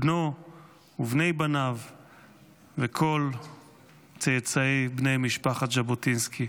בנו ובני בניו וכל צאצאי בני משפחת ז'בוטינסקי,